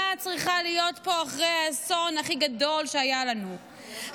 צריכה להיות פה אחרי האסון הכי גדול שהיה לנו,